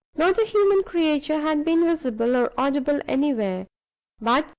not a human creature had been visible or audible anywhere but,